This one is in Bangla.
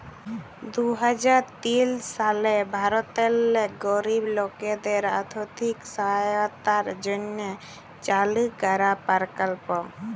দু হাজার তিল সালে ভারতেল্লে গরিব লকদের আথ্থিক সহায়তার জ্যনহে চালু করা পরকল্প